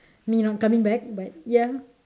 me not coming back but ya